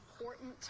important